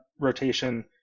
rotation